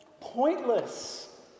pointless